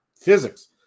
Physics